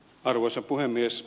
arvoisa puhemies